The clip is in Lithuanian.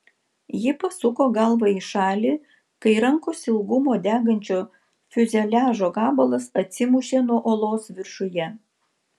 ji pasuko galvą į šalį kai rankos ilgumo degančio fiuzeliažo gabalas atsimušė nuo uolos viršuje